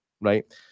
right